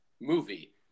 movie